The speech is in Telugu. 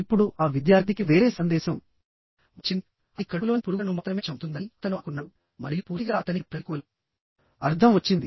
ఇప్పుడుఆ విద్యార్థికి వేరే సందేశం వచ్చిందిఅది కడుపులోని పురుగులను మాత్రమే చంపుతుందని అతను అనుకున్నాడు మరియు పూర్తిగా అతనికి ప్రతికూల అర్థం వచ్చింది